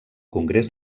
congrés